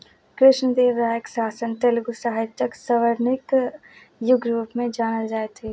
कृष्णदेवरायके शासन तेलुगु साहित्यके स्वर्णिम युग रूपमे जानल जाइत छै